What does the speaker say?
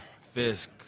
Fisk